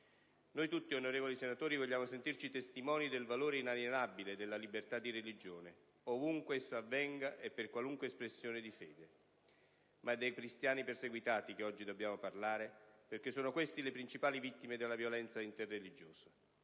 Noi tutti, onorevoli senatori, vogliamo sentirci testimoni del valore inalienabile della libertà di religione, ovunque essa avvenga e per qualunque espressione di fede. Ma è dei cristiani perseguitati che oggi dobbiamo parlare, perché sono questi le principali vittime della violenza interreligiosa